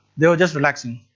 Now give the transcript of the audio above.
they were just relaxing.